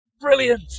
brilliant